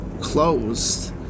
closed